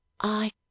I